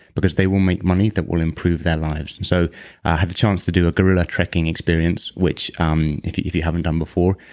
because they will make money that will improve their lives. and so i had the chance to do a gorilla trekking experience, which um if you if you haven't done before,